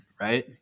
right